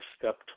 step